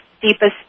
deepest